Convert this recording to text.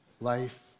life